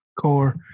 core